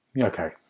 Okay